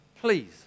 please